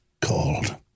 called